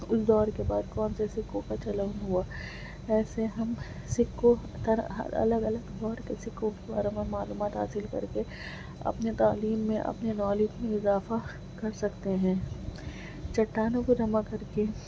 اس دور کے بعد کون سے سکوں کا چلن ہوا ایسے ہم سکوں الگ الگ دور کے سکوں کے بارے میں معلومات حاصل کر کے اپنے تعلیم میں اپنے نالج میں اضافہ کر سکتے ہیں چٹانوں کو جمع کر کے